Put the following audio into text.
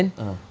(uh huh)